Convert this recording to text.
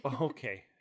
Okay